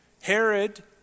Herod